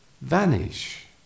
vanish